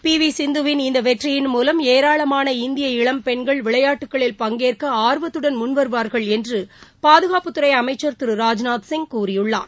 B V சிந்துவின் இந்த வெற்றியின் மூலம் ஏராளமான இந்திய இளம் பெண்கள் விளையாட்டுகளில் பங்கேற்க ஆர்வத்துடன் முன் வருவாா்கள் என்று பாதுகாப்பு துறை அமைச்சர திரு ராஜ்நாத் சிங் கூறியுள்ளார்